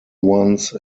ones